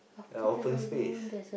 ya open space